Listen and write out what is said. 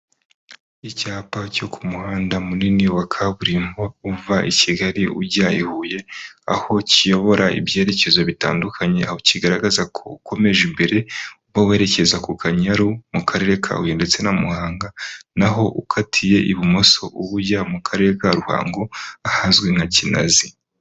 Icyapa cyo ku muhanda munini wa kaburimbo, uva i Kigali ujya i Huye, aho kiyobora ibyerekezo bitandukanye, aho kigaragaza ko ukomeje imbere uba werekeza ku Kanyayaru mu karere ka Huye ndetse na Muhanga, naho ukatiye ibumoso uba ujya mu karere ka Ruhango ahazwi nka Kinazi.